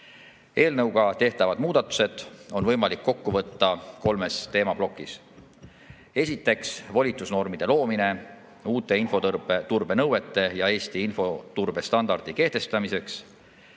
Eelnõuga tehtavad muudatused on võimalik kokku võtta kolmes teemaplokis. Esiteks, volitusnormide loomine uute infoturbenõuete ja Eesti infoturbestandardi kehtestamiseks.